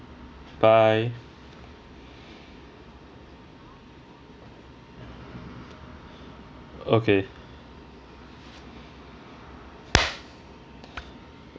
bye okay